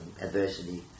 adversity